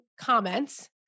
comments